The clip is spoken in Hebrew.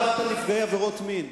את דיברת על נפגעי עבירות מין.